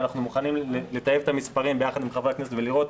ואנחנו מוכנים לטייב את המספרים יחד עם חברי הכנסת ולראות,